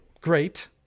great